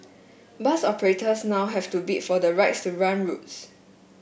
bus operators now have to bid for the rights to run routes